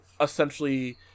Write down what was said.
essentially